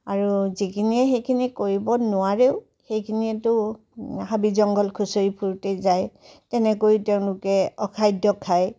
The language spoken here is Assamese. আৰু যিখিনিয়ে সেইখিনি কৰিব নোৱাৰেও সেইখিনিয়েটো হাবি জংঘল খুচৰি ফুৰোতেই যায় তেনেকৈ তেওঁলোকে অখাদ্য খায়